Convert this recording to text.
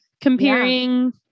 comparing